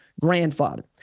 grandfather